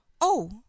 Oh